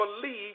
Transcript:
believe